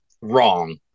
wrong